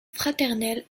fraternel